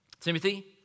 Timothy